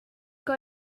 que